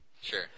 Sure